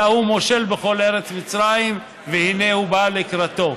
אלא הוא מושל בכל ארץ מצרים, והינה הוא בא לקראתו.